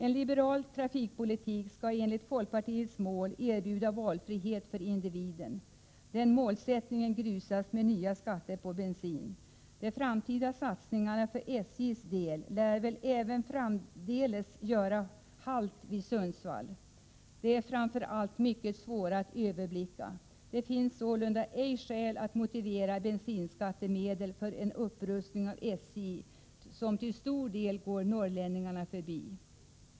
En liberal trafikpolitik skall enligt folkpartiets mål erbjuda valfrihet för individen. Den målsättningen grusas med nya skatter på bensin. De framtida satsningarna för SJ:s del lär även framdeles göra halt vid Sundsvall. De är framför allt mycket svåra att överblicka. Det finns sålunda ej skäl att använda bensinskattemedel för en upprustning av SJ, som till stor del går norrlänningarna förbi.